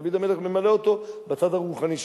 דוד המלך ממלא אותו בצד הרוחני שלו.